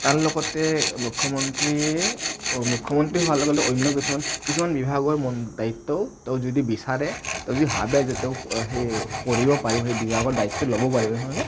তাৰ লগতে মুখ্যমন্ত্ৰীয়ে মুখ্যমন্ত্ৰী হোৱাৰ লগে লগে অন্য় কিছুমান কিছুমান বিভাগৰ দায়িত্বও তেওঁ যদি বিচাৰে তেওঁ যদি ভাৱে যে তেওঁ সেই কৰিব পাৰিব সেই বিভাগৰ দায়িত্ব ল'ব পাৰিব তেনেহ'লে